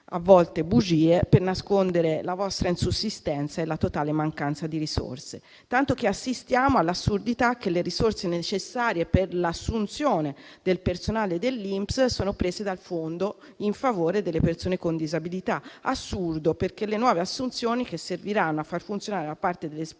a volte bugie per nascondere la vostra insussistenza e la totale mancanza di risorse, tanto che assistiamo all'assurdità che le risorse necessarie per l'assunzione del personale dell'INPS sono prese dal fondo in favore delle persone con disabilità. Ciò è assurdo, perché le nuove assunzioni che serviranno a far funzionare le sperimentazioni